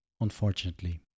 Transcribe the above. unfortunately